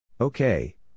Okay